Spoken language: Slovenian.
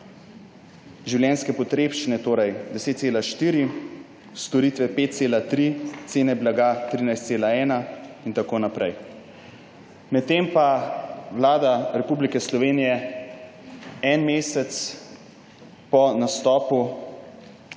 Življenjske potrebščine torej 10,4, storitve 5,3, cene blaga 13,1 in tako naprej. Vlada Republike Slovenije pa en mesec po nastopu